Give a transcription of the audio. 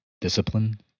Discipline